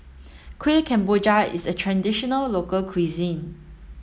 Kuih Kemboja is a traditional local cuisine